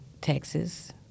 Texas